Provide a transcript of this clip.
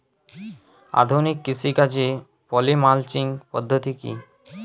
আধুনিক কৃষিকাজে poly mulching পদ্ধতি কি?